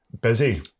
Busy